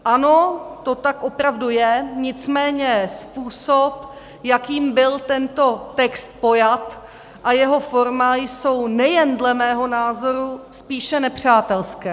Ano, to tak opravdu je, nicméně způsob, jakým byl tento text pojat, a jeho forma jsou nejen dle mého názoru spíše nepřátelské.